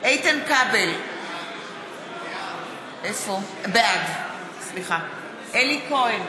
איתן כבל, בעד אלי כהן,